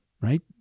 right